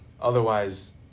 Otherwise